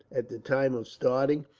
at the time of starting,